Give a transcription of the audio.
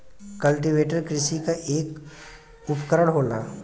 cultivator कृषि क एक उपकरन होला